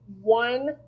one